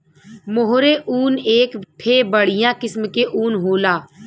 मोहेर ऊन एक ठे बढ़िया किस्म के ऊन होला